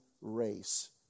race